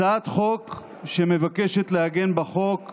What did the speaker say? הצעת חוק שמבקשת לעגן בחוק